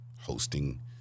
hosting